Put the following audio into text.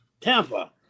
Tampa